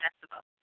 festival